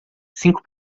cinco